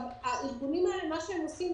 מה שהארגונים האלה עושים,